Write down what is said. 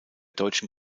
deutschen